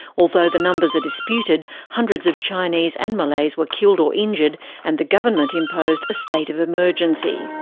although the numbers are disputed, hundreds of chinese and malays were killed or injured and the government imposed a state of emergency.